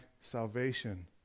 salvation